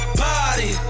party